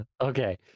okay